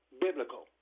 biblical